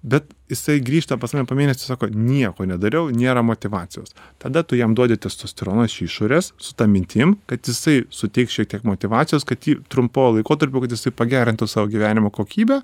bet jisai grįžta pas mane po mėnesio sako nieko nedariau nėra motyvacijos tada tu jam duodi testosterono iš išorės su ta mintim kad jisai suteiks šiek tiek motyvacijos kad jį trumpo laikotarpiu kad jisai pagerintų savo gyvenimo kokybę